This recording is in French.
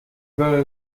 valent